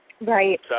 Right